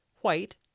white